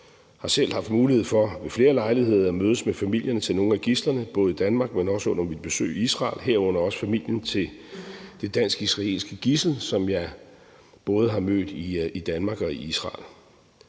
Jeg har selv haft mulighed for ved flere lejligheder at mødes med familierne til nogle af gidslerne både i Danmark, men også under mit besøg i Israel, herunder også familien til det dansk-israelske gidsel, som jeg både har mødt i Danmark og i Israel.